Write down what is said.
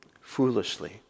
foolishly